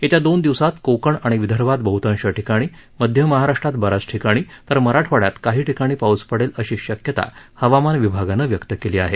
येत्या दोन दिवसांत कोकण आणि विदर्भात बहतांश ठिकाणी मध्य महाराष्ट्रात ब याच ठिकाणी तर मराठवाड्यात काही ठिकाणी पाऊस पडेल अशी शक्यता हवामान विभागानं व्यक्त केली आहे